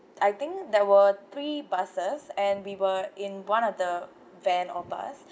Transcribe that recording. I think there were three buses and we were in one of the van or bus